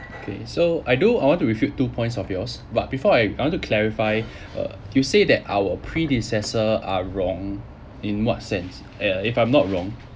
okay so I do I want to refute two points of yours but before I I want to clarify uh you say that our predecessor are wrong in what sense uh if I'm not wrong